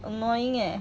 annoying eh